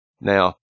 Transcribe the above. Now